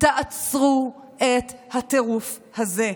עצרו את הטירוף הזה.